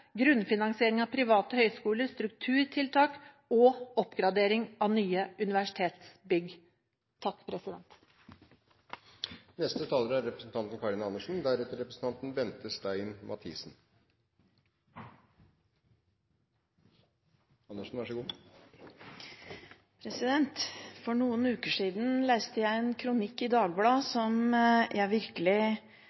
grunnfinansiering av private høyskoler, strukturtiltak og oppgradering av nye universitetsbygg. For noen uker siden leste jeg en kronikk i Dagbladet